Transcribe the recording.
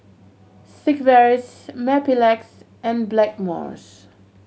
Sigvaris Mepilex and Blackmores